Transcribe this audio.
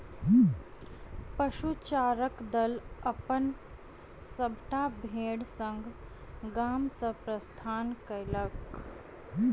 पशुचारणक दल अपन सभटा भेड़ संग गाम सॅ प्रस्थान कएलक